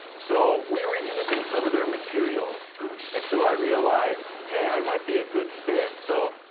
so, we were using some of their materials, and so, i realized, hey, i might be a good fit. so,